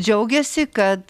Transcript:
džiaugiasi kad